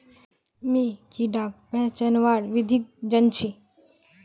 मी कीडाक पहचानवार विधिक जन छी